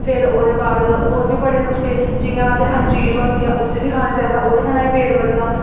फिर ओह्दे बाद होर बी बड़े नुस्के जि'यां आखदे अंजीर होंदी ऐ उसी बी खाना चाहिदा ओह्दे कन्नै बी वेट बधदा